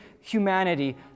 humanity